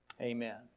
Amen